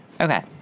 Okay